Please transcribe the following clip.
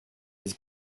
his